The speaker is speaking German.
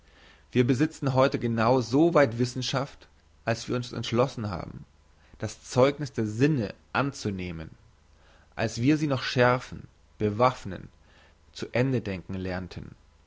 wir besitzen heute genau so weit wissenschaft als wir uns entschlossen haben das zeugniss der sinne anzunehmen als wir sie noch schärfen bewaffnen zu ende denken lernten